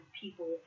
people